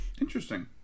Interesting